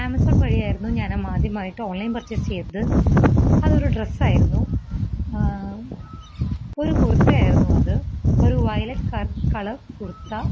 Amazon വഴിയായിരുന്നു ഞാൻ ആദ്യമായിട്ട് ഓണ്ലൈന് പര്ച്ചേസ് ചെയ്തത് അതൊരു ഡ്രസ്സായിരുന്നു ഒരു കുര്ത്തയായിരുന്നു അത് ഒരു വയലെറ്റ് കള കളര് കുര്ത്ത